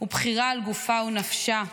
ובבחירה על גופה ונפשה.